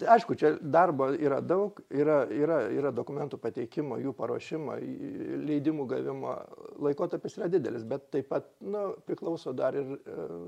aišku čia darbo yra daug yra yra yra dokumentų pateikimo jų paruošimo leidimų gavimo laikotarpis yra didelis bet taip pat nu priklauso dar ir